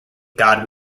god